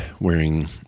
wearing